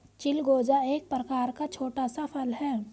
चिलगोजा एक प्रकार का छोटा सा फल है